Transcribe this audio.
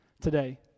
today